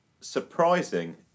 surprising